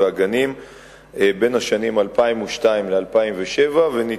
2. אם כן,